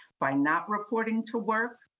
by not reporting to work,